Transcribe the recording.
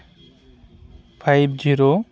five zero